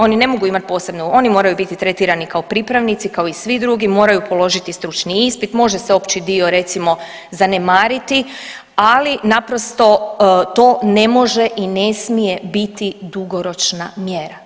Oni ne mogu imati posebno, oni moraju tretirani kao pripravnici, kao i svi drugi, moraju položiti stručni ispit, može se opći dio, recimo, zanemariti, ali naprosto to ne može i ne smije biti dugoročna mjera.